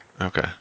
Okay